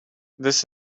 this